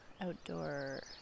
outdoor